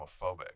homophobic